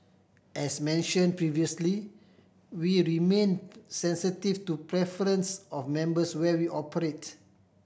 as mention previously we remain sensitive to preference of members where we operates